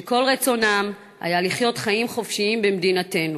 שכל רצונם היה לחיות חיים חופשיים במדינתנו.